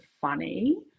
funny